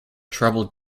trouble